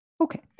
Okay